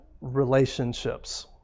relationships